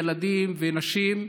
ילדים ונשים,